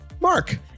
Mark